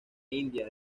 india